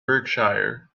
berkshire